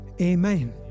amen